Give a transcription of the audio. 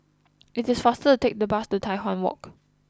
it is faster to take the bus to Tai Hwan Walk